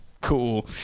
Cool